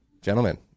Gentlemen